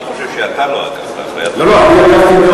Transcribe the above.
אני חושב שאתה לא עקבת אחרי הדברים, לא, לא.